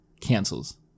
cancels